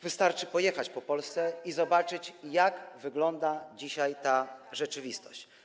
Wystarczy pojeździć po Polsce, by zobaczyć, jak wygląda dzisiaj ta rzeczywistość.